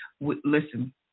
Listen